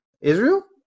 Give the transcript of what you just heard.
Israel